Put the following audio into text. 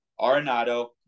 Arenado